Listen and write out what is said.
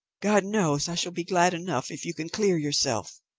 god knows i shall be glad enough if you can clear yourself.